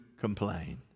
complain